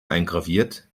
eingraviert